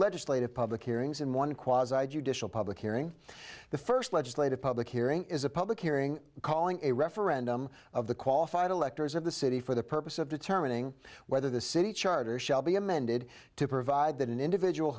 legislative public hearings in one quad judicial public hearing the first legislative public hearing is a public hearing calling a referendum of the qualified electors of the city for the purpose of determining whether the city charter shall be amended to provide that an individual